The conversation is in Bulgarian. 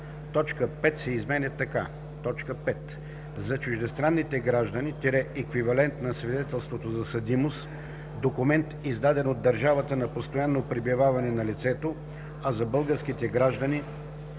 точка 5 се изменя така: „5. за чуждестранните граждани – еквивалентен на свидетелството за съдимост документ, издаден от държавата на постоянно пребиваване на лицето, а за българските граждани